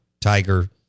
Tiger